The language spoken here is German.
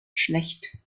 schlecht